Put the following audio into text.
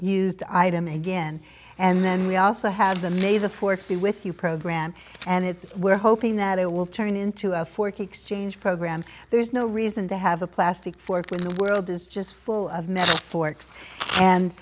the item again and then we also have the neva for free with you program and it we're hoping that it will turn into a fork exchange program there's no reason to have a plastic fork in the world is just full of metal forks and